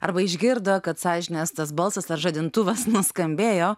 arba išgirdo kad sąžinės tas balsas ar žadintuvas nuskambėjo